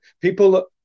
people